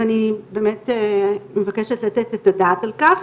אני באמת מבקשת לתת את הדעת על כך.